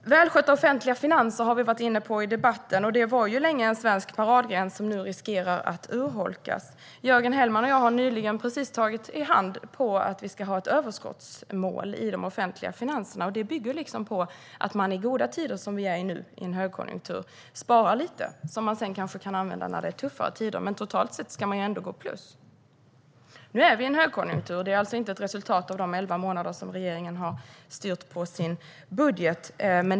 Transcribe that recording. Välskötta offentliga finanser har vi varit inne på i debatten. Det var länge en svensk paradgren, men den riskerar nu att urholkas. Jörgen Hellman och jag har precis tagit i hand på att vi ska ha ett överskottsmål i de offentliga finanserna, och det bygger på att man i goda tider som nu sparar lite som man kan använda i tuffare tider. Totalt sett ska man dock gå plus. Nu har vi en högkonjunktur, vilket inte är ett resultat av de elva månader som regeringen har styrt med sin budget.